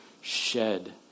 shed